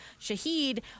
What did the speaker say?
Shaheed